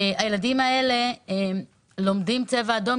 הילדים האלה לומדים צבע אדום,